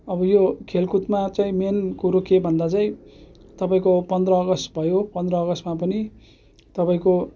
अब यो खेलकुदमा चाहिँ मेन कुरो के भन्दा चाहिँ तपाईँको पन्ध्र अग्स्त भयो पन्ध्र अग्स्तमा पनि तपाईँको